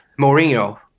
Mourinho